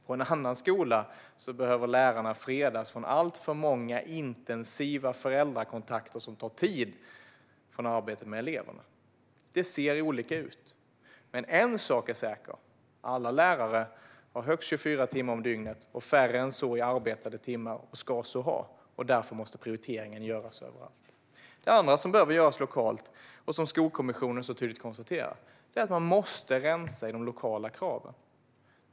På en annan skola behöver lärarna fredas från alltför många intensiva föräldrakontakter som tar tid från arbetet med eleverna. Det ser olika ut. En sak är dock säker: Alla lärare har högst 24 timmar om dygnet och färre än så i arbetade timmar, och ska så ha. Därför måste prioriteringen göras överallt. Det andra som behöver göras lokalt, och som Skolkommissionen så tydligt konstaterar, är att rensa i de lokala kraven.